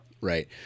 Right